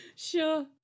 Sure